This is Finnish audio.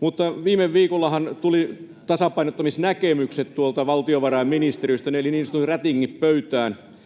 Mutta viime viikollahan tulivat tasapainottamisnäkemykset tuolta valtiovarainministeriöstä eli niin sanotut rätingit pöytään.